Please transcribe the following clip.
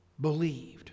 believed